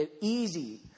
easy